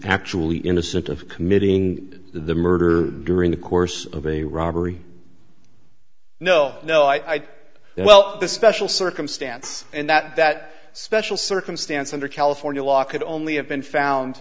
actually innocent of committing the murder during the course of a robbery no no i well this special circumstance and that that special circumstance under california law could only have been found